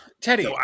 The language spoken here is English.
Teddy